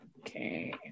Okay